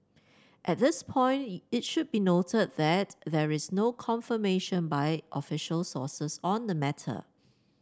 at this point it should be noted that there is no confirmation by official sources on the matter